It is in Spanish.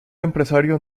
empresario